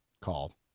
call